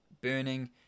burning